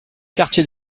quartier